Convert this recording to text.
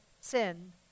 sin